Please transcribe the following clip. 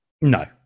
No